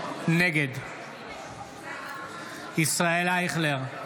נגד ישראל אייכלר,